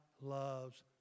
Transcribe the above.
loves